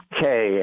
Okay